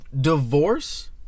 divorce